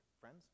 friends